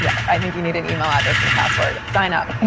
yeah i think you need an email address and a password. sign up.